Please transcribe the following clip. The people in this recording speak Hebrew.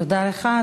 תודה לך.